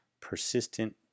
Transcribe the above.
persistent